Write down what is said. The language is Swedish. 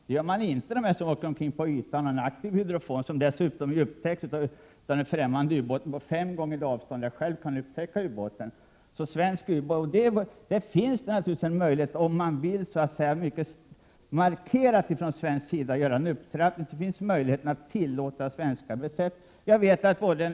Det gör inte de som åker omkring på ytan och har en aktiv hydrofon, som dessutom upptäcks av den främmande ubåten på fem gånger så stort avstånd som de själva kan upptäcka en ubåt på. Det finns alltså en möjlighet — om man från svensk sida vill göra en markerad upptrappning — att tillåta svenska ubåtsbesättningar att använda vapen.